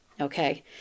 Okay